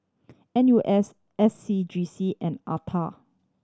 N U S S C G C and